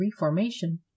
reformation